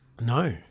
No